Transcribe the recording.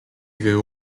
ganhou